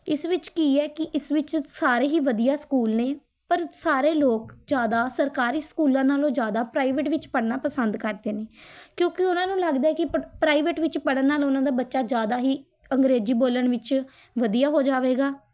ਇਸ ਵਿੱਚ ਕੀ ਹੈ ਕਿ ਇਸ ਵਿੱਚ ਸਾਰੇ ਹੀ ਵਧੀਆ ਸਕੂਲ ਨੇ ਪਰ ਸਾਰੇ ਲੋਕ ਜ਼ਿਆਦਾ ਸਰਕਾਰੀ ਸਕੂਲਾਂ ਨਾਲੋਂ ਜ਼ਿਆਦਾ ਪ੍ਰਾਈਵੇਟ ਵਿੱਚ ਪੜ੍ਹਨਾ ਪਸੰਦ ਕਰਦੇ ਨੇ ਕਿਉਂਕਿ ਉਹਨਾਂ ਨੂੰ ਲੱਗਦਾ ਹੈ ਕਿ ਪ ਪ੍ਰਾਈਵੇਟ ਵਿੱਚ ਪੜ੍ਹਨ ਨਾਲ ਉਹਨਾਂ ਦਾ ਬੱਚਾ ਜ਼ਿਆਦਾ ਹੀ ਅੰਗਰੇਜ਼ੀ ਬੋਲਣ ਵਿੱਚ ਵਧੀਆ ਹੋ ਜਾਵੇਗਾ